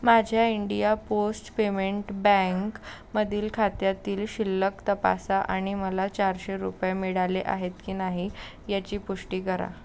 माझ्या India post payment bank मधील खात्यातील शिल्लक तपासा आणि मला चारशे रुपये मिळाले आहेत की नाही याची पुष्टी करा